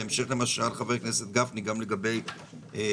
בהמשך למה ששאל חבר הכנסת גפני גם לגבי 203,